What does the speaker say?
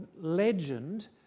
legend